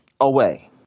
Away